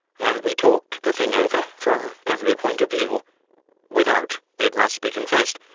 and we talked the thing over from every point of view without, it must be confessed,